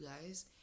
guys